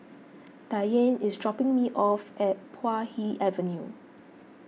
Diane is dropping me off at Puay Hee Avenue